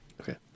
Okay